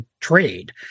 trade